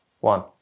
one